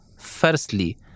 firstly